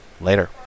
Later